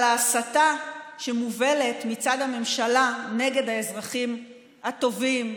אבל ההסתה שמובלת מצד הממשלה נגד האזרחים הטובים,